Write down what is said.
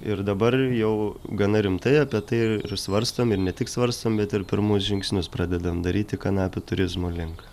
ir dabar jau gana rimtai apie tai ir svarstom ir ne tik svarstom bet ir pirmus žingsnius pradedam daryti kanapių turizmo link